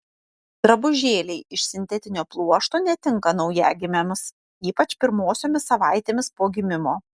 drabužėliai iš sintetinio pluošto netinka naujagimiams ypač pirmosiomis savaitėmis po gimimo